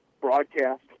broadcast